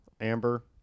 Amber